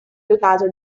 dotato